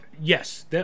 Yes